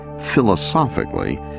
philosophically